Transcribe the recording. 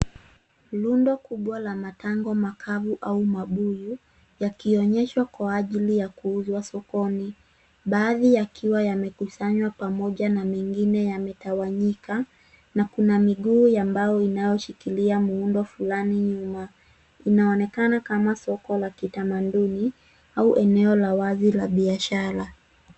Rundo kubwa la matango makavu au mabuyu yakionyeshwa kwa ajili ya kuuzwa sokoni. Baadhi yakiwa yamekusanywa pamoja na mengine yametawanyika na kuna miguu ya mbao inayoshikilia muundo fulani nyuma. Inaonekana kama soko la kitamaduni au eneo la wazi la biashara.